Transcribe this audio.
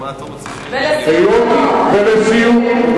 ולסיום.